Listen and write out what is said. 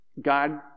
God